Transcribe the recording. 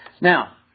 Now